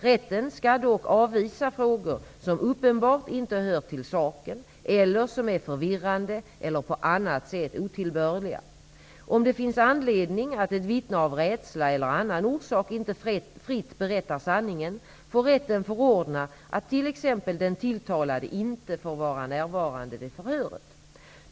Rätten skall dock avvisa frågor som uppenbart inte hör till saken eller som är förvirrande eller på annat sätt otillbörliga. Om det finns anledning till att ett vittne av rädsla eller annan orsak inte fritt berättar sanningen, får rätten förordna att t.ex. den tilltalade inte får vara närvarande vid förhöret.